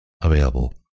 available